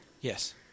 Yes